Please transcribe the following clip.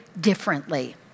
differently